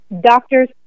doctors